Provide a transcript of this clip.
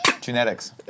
genetics